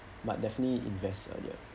but definitely invest earlier